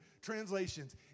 translations